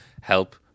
help